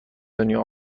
دنیا